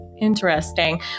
Interesting